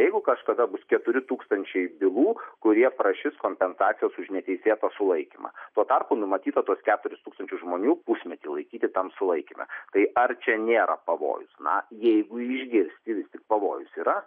jeigu kažkada bus keturi tūkstančiai bylų kurie prašys kompensacijos už neteisėtą sulaikymą tuo tarpu numatyta tuos keturis tūkstančius žmonių pusmetį laikyti tam sulaikyme tai ar čia nėra pavojus na jeigu išgirsti vis tik pavojus yra